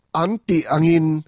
anti-angin